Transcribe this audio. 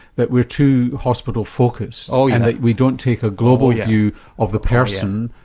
that we're too hospital focused or you know that we don't take a global yeah view of the person.